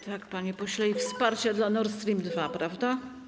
Tak, panie pośle, i wsparcia dla Nord Stream 2. Prawda?